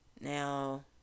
Now